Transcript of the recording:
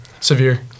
severe